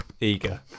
eager